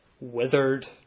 withered